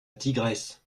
tigresse